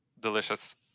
delicious